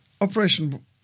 Operation